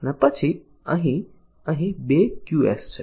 અને પછી અહીં અને અહીં 2 Qs છે